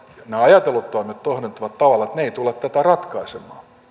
nämä ajatellut toimet toimet kohdentuvat tavalla jolla ne eivät tule tätä ratkaisemaan